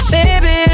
Baby